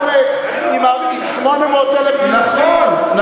בן-גוריון אזר אומץ עם 800,000 פליטים והקים מדינה,